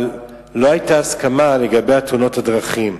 אבל לא היתה הסכמה לגבי תאונות הדרכים.